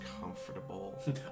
comfortable